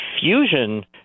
fusion